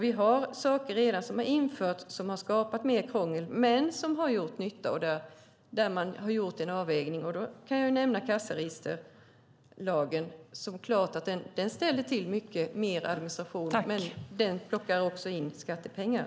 Vi har infört saker som har skapat mer krångel men som har gjort nytta, och där har man gjort en avvägning. Jag kan nämna lagen om kassaregister. Den ställde till med mycket mer administration, men den plockar också in skattepengar.